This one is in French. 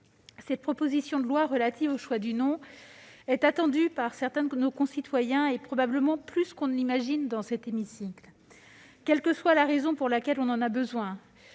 cette proposition de loi relative au choix du nom est attendue par certains de nos concitoyens, probablement plus que l'on ne l'imagine dans cet hémicycle. Quelle que soit la raison pour laquelle on en a besoin